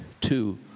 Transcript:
two